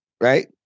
Right